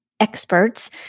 experts